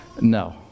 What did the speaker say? No